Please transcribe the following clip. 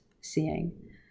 seeing